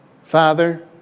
Father